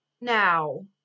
Now